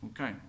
Okay